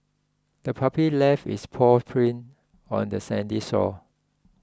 the puppy left its paw prints on the sandy shore